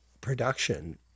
production